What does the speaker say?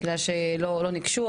בגלל שלא ניגשו,